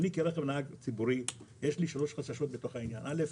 כנהג רכב ציבורי יש לי שלוש חששות בעניין: א',